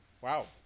Wow